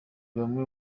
bamwe